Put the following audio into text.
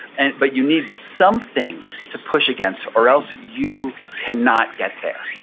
and but you need something to push against or else you cannot get there